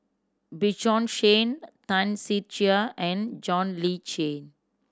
Bjorn Shen Tan Ser Cher and John Le Cain